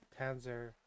Panzer